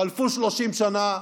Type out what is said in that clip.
חלפו 30 שנה,